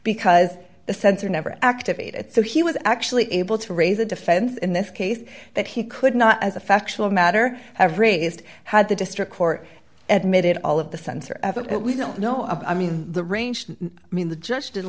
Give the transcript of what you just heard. because the sensor never activated so he was actually able to raise a defense in this case that he could not as a factual matter have raised had the district court admitted all of the center of it we don't know i mean the range i mean the judge didn't